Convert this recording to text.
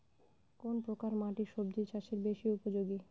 কোন প্রকার মাটি সবজি চাষে বেশি উপযোগী?